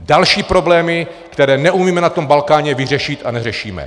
Další problémy, které neumíme na tom Balkáně vyřešit a neřešíme je.